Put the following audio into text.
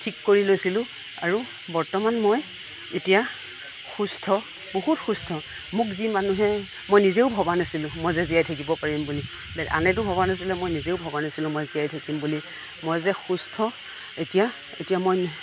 ঠিক কৰি লৈছিলোঁ আৰু বৰ্তমান মই এতিয়া সুস্থ বহুত সুস্থ মোক যি মানুহে মই নিজেও ভবা নাছিলোঁ মই যে জীয়াই থাকিব পাৰিম বুলি আনেতো ভবা নাছিলে মই নিজেও ভবা নাছিলোঁ মই জীয়াই থাকিব বুলি মই যে সুস্থ এতিয়া এতিয়া মই